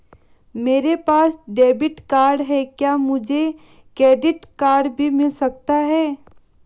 मेरे पास debit card है क्या मुझे क्रेडिट कार्ड भी मिल सकता है?